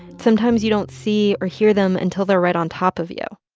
sometimes you don't see or hear them until they're right on top of you,